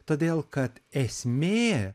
todėl kad esmė